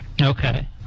Okay